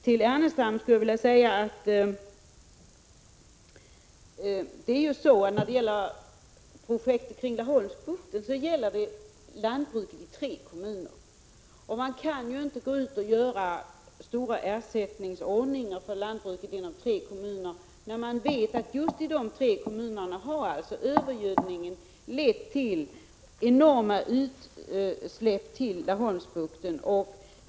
Till Lars Ernestam skulle jag vilja säga att det ju är så när det gäller projektet kring Laholmsbukten att det berör lantbruket i tre kommuner. Man kan ju inte gå ut och göra stora ersättningsanordningar för lantbruket inom tre kommuner när man vet att just för de tre kommunerna har övergödningen lett till enorma utsläpp till Laholmsbukten.